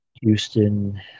Houston